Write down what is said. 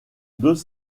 deux